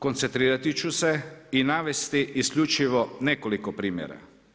Koncentrirati ću se i navesti isključivo nekoliko primjera.